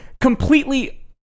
completely